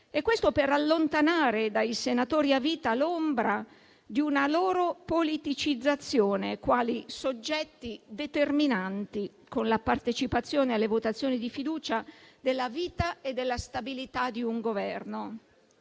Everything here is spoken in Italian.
Questo per allontanare dai senatori a vita l'ombra di una loro politicizzazione, quali soggetti determinanti, con la partecipazione alle votazioni di fiducia, della vita e della stabilità di un Governo.